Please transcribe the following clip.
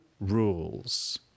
rules